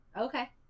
okay